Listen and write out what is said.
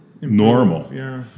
normal